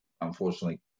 unfortunately